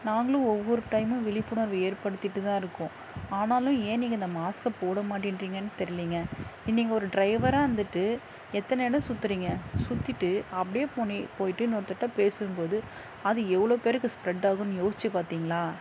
நாங்களும் ஒவ்வொரு டைமும் விழிப்புணர்வு ஏற்படுத்திகிட்டு தான் இருக்கோம் ஆனாலும் ஏன் நீங்கள் இந்த மாஸ்க்கை போட மாட்டேங்றிங்கன் தெரிலிங்க இ நீங்கள் ஒரு டிரைவராக இருந்துவிட்டு எத்தனை இடம் சுற்றுறீங்க சுற்றிட்டு அப்படியே போனி போய்விட்டு இன்னொருத்தருகிட்ட பேசும்போது அது எவ்வளோ பேருக்கு ஸ்ப்ரெட்டாகும்ன் யோசித்து பார்த்தீங்களா